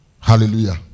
Hallelujah